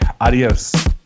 Adios